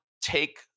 take